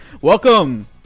Welcome